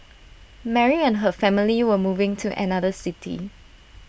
Mary and her family were moving to another city